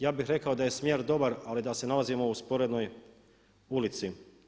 Ja bih rekao da je smjer dobar ali da se nalazimo u sporednoj ulici.